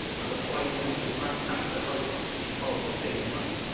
and the prime minister's lancaster house speech of the same month,